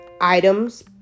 items